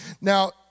Now